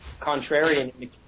contrarian